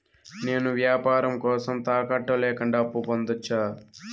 నేను వ్యాపారం కోసం తాకట్టు లేకుండా అప్పు పొందొచ్చా?